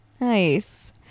Nice